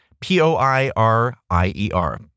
P-O-I-R-I-E-R